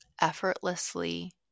effortlessly